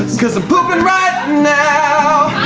cause i'm pooping right now